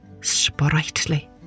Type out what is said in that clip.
sprightly